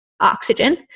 oxygen